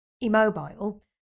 immobile